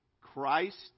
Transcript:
Christ